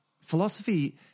philosophy